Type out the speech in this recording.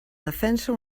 defensa